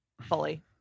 fully